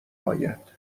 اید